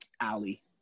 Ali